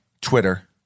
Twitter